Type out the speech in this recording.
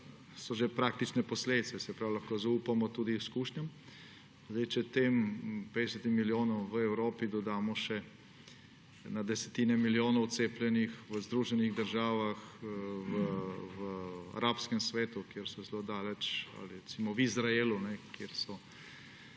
so že praktične posledice. Se pravi, da lahko zaupamo tudi izkušnjam. Če tem 50 milijonom v Evropi dodamo še na desetine milijonov cepljenih v Združenih državah, v arabskem svetu, kjer so zelo daleč, ali recimo v Izraelu, kjer